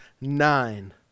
nine